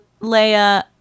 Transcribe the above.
Leia